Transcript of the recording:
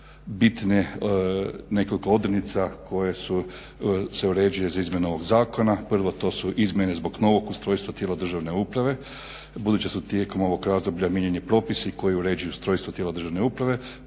bitne nekoliko odrednica koje se uređuju izmjenama ovog zakona. Prvo, to su izmjene zbog novog ustrojstva tijela državne uprave budući da su tijekom ovog razdoblja mijenjani propisi koji uređuju ustrojstvo tijela državne uprave